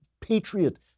patriot